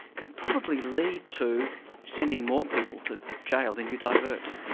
can probably lead to sending more people to jail than you divert.